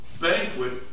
banquet